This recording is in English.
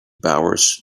bowers